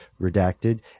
redacted